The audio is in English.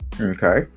Okay